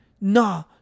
Nah